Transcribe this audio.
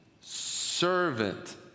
servant